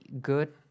good